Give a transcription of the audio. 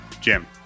Jim